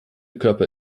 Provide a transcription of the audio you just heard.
körper